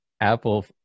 apple